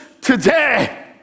today